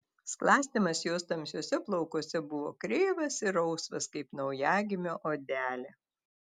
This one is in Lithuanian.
sklastymas jos tamsiuose plaukuose buvo kreivas ir rausvas kaip naujagimio odelė